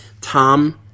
Tom